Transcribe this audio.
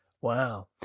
Wow